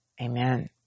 Amen